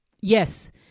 Yes